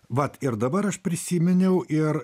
vat ir dabar aš prisiminiau ir